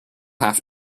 have